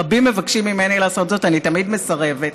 רבים מבקשים ממני לעשות זאת, ואני תמיד מסרבת.